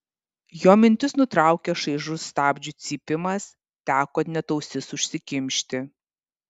jo mintis nutraukė šaižus stabdžių cypimas teko net ausis užsikimšti